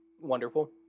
Wonderful